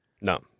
No